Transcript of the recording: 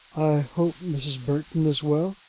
hope mrs. burton is well,